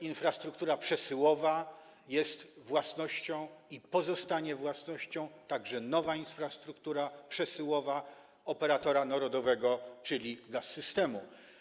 Infrastruktura przesyłowa jest własnością i pozostanie własnością, także nowa infrastruktura przesyłowa, operatora narodowego, czyli Gaz-Systemu.